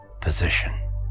position